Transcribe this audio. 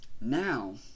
now